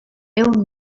ehun